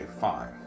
fine